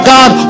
God